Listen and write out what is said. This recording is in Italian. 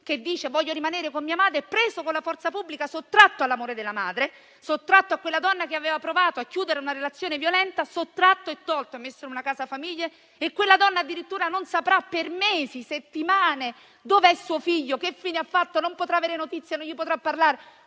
che dice di voler rimanere con la madre, preso con la forza pubblica e sottratto all'amore della madre, alla donna che aveva provato a chiudere una relazione violenta, messo in una casa famiglia. Quella donna addirittura non saprà per mesi e settimane dove è il figlio, che fine ha fatto, non potrà avere sue notizie e parlargli.